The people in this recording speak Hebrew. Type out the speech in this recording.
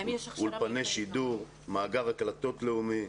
אולפני שידור, מאגר הקלטות לאומי,